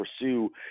pursue